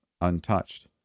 untouched